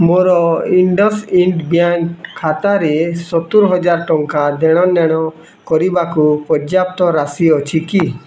ମୋର IndusInd bank ଖାତାରେ ସତୁରି ହଜାର ଟଙ୍କାର ଦେଣନେଣ କରିବାକୁ ପର୍ଯ୍ୟାପ୍ତ ରାଶି ଅଛି କି